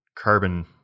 carbon-